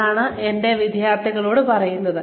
അതാണ് ഞാൻ എന്റെ വിദ്യാർത്ഥികളോട് പറയുന്നത്